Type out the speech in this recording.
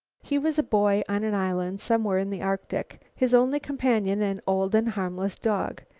he was a boy on an island somewhere in the arctic, his only companion an old and harmless dog,